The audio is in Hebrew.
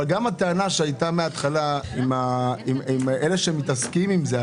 גם הטענה שהייתה מהתחלה עם אלה שמתעסקים עם זה,